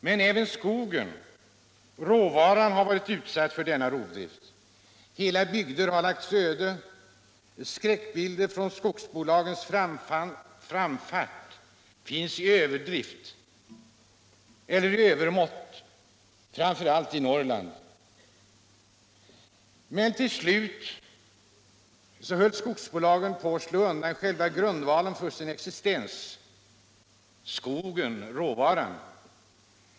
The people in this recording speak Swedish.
Men även skogen — råvaran — har varit utsatt för rovdrift. Hela bygder har lagts öde. Skräckbilder från skogsbolagens framfart finns att se i övermått, framför allt i Norrland. Men till slut höll skogsbolagen på att slå undan själva grundvalen för sin existens: skogen, råvaran.